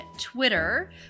Twitter